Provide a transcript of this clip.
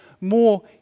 more